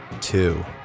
two